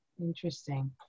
Interesting